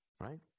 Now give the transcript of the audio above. right